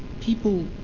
people